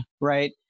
right